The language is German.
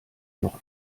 noch